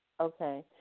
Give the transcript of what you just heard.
Okay